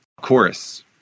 chorus